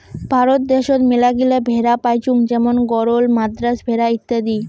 ভারত দ্যাশোত মেলাগিলা ভেড়া পাইচুঙ যেমন গরল, মাদ্রাজ ভেড়া ইত্যাদি